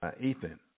Ethan